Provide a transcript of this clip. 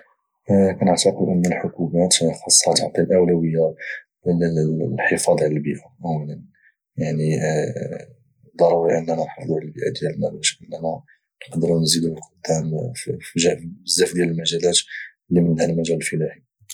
نعتقد ان الحكومات خاصه تعطي الاولويه الحفاظ على البيئه يعني ضروري اننا نحافظ على البيئه ديالنا باش اننا نزيد القدام بزاف ديال المجالات اللي منها المجال الفلاحي